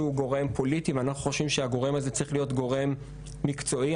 גורם פוליטי ואנחנו חושבים שהגורם הזה צריך להיות גורם מקצועי.